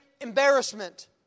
embarrassment